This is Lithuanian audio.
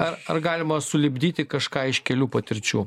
ar ar galima sulipdyti kažką iš kelių patirčių